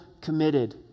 committed